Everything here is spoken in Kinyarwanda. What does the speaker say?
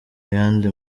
yandi